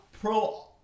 pro